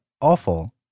Awful